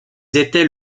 étaient